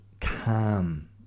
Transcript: calm